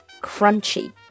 crunchy